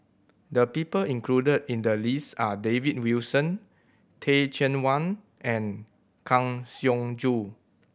the people included in the list are David Wilson Teh Cheang Wan and Kang Siong Joo